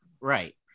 right